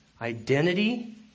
identity